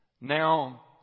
Now